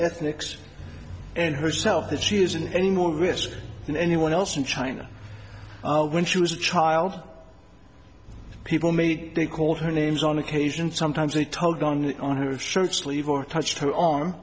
ethnics and herself that she isn't any more risk than anyone else in china when she was a child people made they called her names on occasion sometimes they told gone on her shirt sleeve or touched her